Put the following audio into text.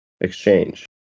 exchange